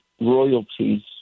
royalties